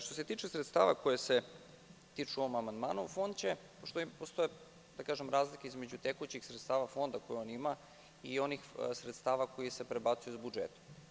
Što se tiče sredstava koja se tiču u ovom amandmanu, postoje razlike između tekućih sredstava Fonda koje on ima i onih sredstava koji se prebacuju iz budžeta.